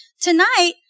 Tonight